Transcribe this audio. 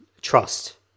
trust